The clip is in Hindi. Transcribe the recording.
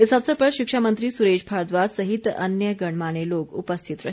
इस अवसर पर शिक्षा मंत्री सुरेश भारद्वाज सहित अन्य गणमान्य लोग उपस्थित रहे